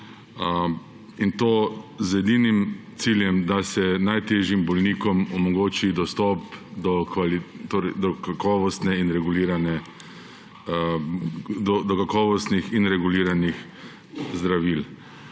In to z edinim ciljem, da se najtežjim bolnikom omogoči dostop do kakovostnih in reguliranih zdravil.